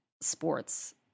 sports